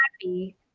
happy